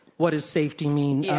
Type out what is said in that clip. what does safety mean? yeah.